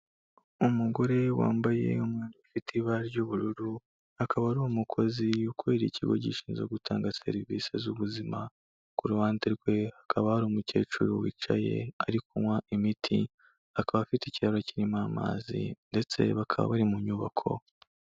Umugore wambaye umwenda ufite ibara ry'ubururu, akaba ari umukozi ukorera ikigo gishinzwe gutanga serivisi z'ubuzima, ku ruhande rwe hakaba hari umukecuru wicaye ari kunywa imiti, akaba afite ikirahure kirimo amazi ndetse bakaba bari mu nyubako.